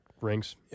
rings